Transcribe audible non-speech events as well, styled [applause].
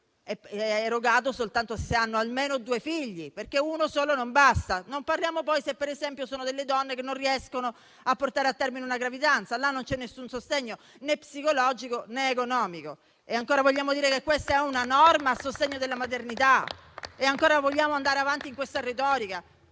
erogato soltanto se hanno almeno due figli, perché uno solo non basta; non parliamo poi se si tratta ad esempio di donne che non riescono a portare a termine una gravidanza: in quel caso non c'è nessun sostegno, né psicologico né economico. [applause] Vogliamo dire che questa è una norma a sostegno della maternità? Vogliamo ancora andare avanti con questa retorica?